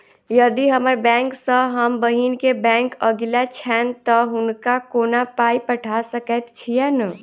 यदि हम्मर बैंक सँ हम बहिन केँ बैंक अगिला छैन तऽ हुनका कोना पाई पठा सकैत छीयैन?